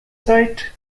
sight